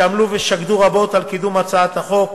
שעמלו ושקדו רבות על קידום הצעת החוק,